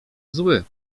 zły